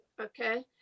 Okay